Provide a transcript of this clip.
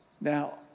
Now